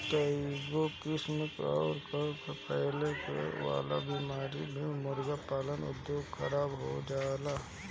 कईगो किसिम कअ फैले वाला बीमारी से मुर्गी पालन उद्योग खराब हो जाला